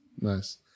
nice